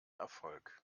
erfolg